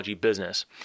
business